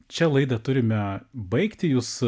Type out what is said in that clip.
čia laidą turime baigti jūs